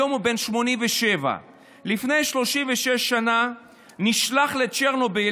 היום הוא בן 87. לפני 36 שנה הוא נשלח לצ'רנוביל